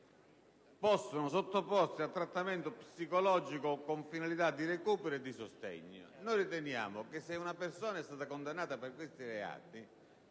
possono sottoporsi a un trattamento psicologico con finalità di recupero e di sostegno. Noi riteniamo che per i soggetti condannati per questo tipo